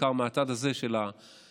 בעיקר מהצד הזה של האולם,